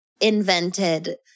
invented